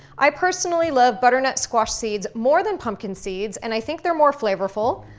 i personally love butternut squash seeds more than pumpkin seeds and i think they're more flavorful.